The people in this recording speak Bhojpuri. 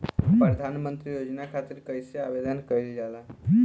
प्रधानमंत्री योजना खातिर कइसे आवेदन कइल जाला?